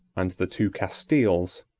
and the two castiles,